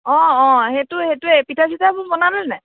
অঁ অঁ সেইটো সেইটোৱে পিঠা চিঠাবোৰ বনালেনে